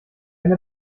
eine